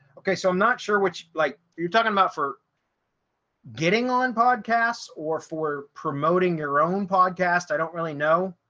okay, so i'm not sure which, like you're talking about for getting on podcasts or for promoting your own podcast? i don't really know.